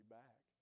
back